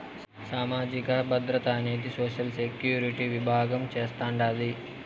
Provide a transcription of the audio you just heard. సామాజిక భద్రత అనేది సోషల్ సెక్యూరిటీ విభాగం చూస్తాండాది